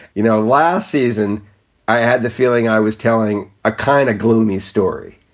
you know, last season i had the feeling i was telling a kind of gloomy story.